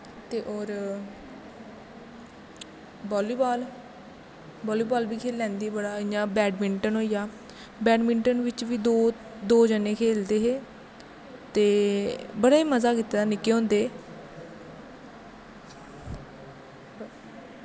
ते होर volley ball volley ball बी खेली लैंदी ही इयां गै बैड़मिंटन होईया बैड़मिंटन बिच्च बी दो जनें खेलदे हे ते बड़ा मज़ा कीते दा निक्के होंदे